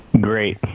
Great